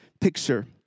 picture